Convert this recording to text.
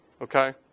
Okay